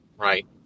Right